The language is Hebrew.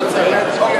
לא צריך.